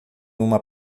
uma